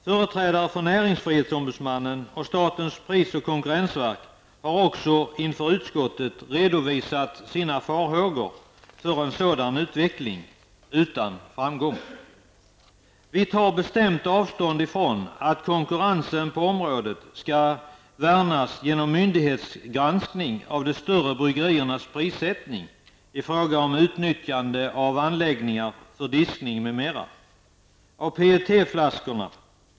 Företrädare för näringsfrihetsombudsmannen och statens pris och konkurrensverk har också inför utskottet redovisat sina farhågor för en sådan utveckling -- utan framgång. Vi tar bestämt avstånd från att konkurrensen på området skall värnas genom myndighetsgranskning av de större bryggeriernas prissättning i fråga om utnyttjande av anläggningar för diskning m.m. av PET-flaskorna.